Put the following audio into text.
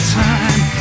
time